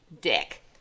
dick